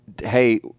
Hey